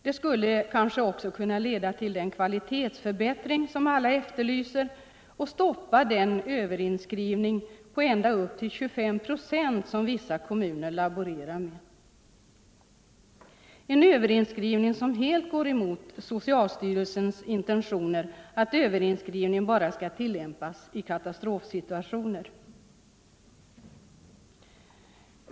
Det skulle kanske också kunna leda till den kvalitetsförbättring som alla efterlyser och stoppa den överinskrivning på ända upp till 25 procent som vissa kommuner laborerar med, en överinskrivning som helt går emot socialstyrelsens intentioner att överinskrivning bara skall tillämpas i katastrofsituationer.